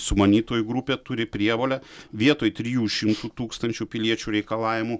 sumanytojų grupė turi prievolę vietoj trijų šimtų tūkstančių piliečių reikalavimų